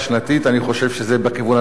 אני חושב שזה בכיוון הנכון,